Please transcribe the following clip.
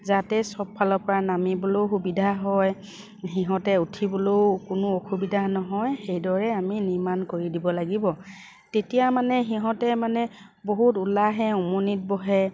যাতে চবফালৰ পৰা নামিবলেও সুবিধা হয় সিহঁতে উঠিবলৈও কোনো অসুবিধা নহয় সেইদৰে আমি নিৰ্মাণ কৰি দিব লাগিব তেতিয়া মানে সিহঁতে মানে বহুত ওলাহে উমনিত বহে